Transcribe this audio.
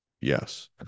Yes